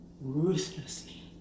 ruthlessly